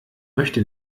möchte